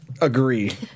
agree